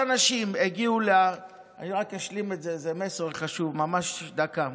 אני רק אשלים את זה, זה מסר חשוב, ממש דקה.